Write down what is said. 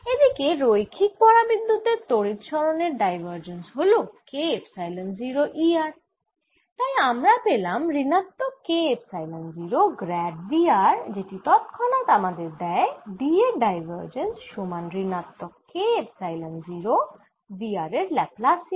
এদিকে রৈখিক পরাবিদ্যুতের তড়িৎ সরণের ডাইভারজেন্স হল K এপসাইলন 0 E r তাই আমরা পেলাম ঋণাত্মক K epsilon 0 grad V r যেটি তৎক্ষণাৎ আমাদের দেয় D এর ডাইভারজেন্স সমান ঋণাত্মক K এপসাইলন 0 V r এর ল্যাপ্লাসিয়ান